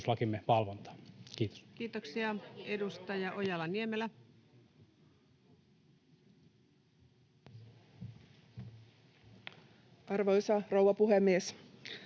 Kiitos. Kiitoksia. — Edustaja Ojala-Niemelä. Arvoisa rouva puhemies!